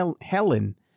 Helen